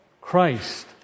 Christ